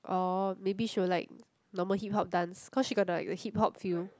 orh maybe she would like normal hip hop dance cause she got the like hip hop feel